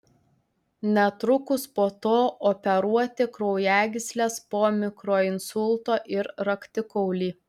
netrukus po to operuoti kraujagysles po mikroinsulto ir raktikaulį